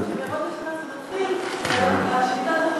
ושמיטת החובות היא ביום כיפור.